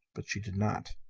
but she did not.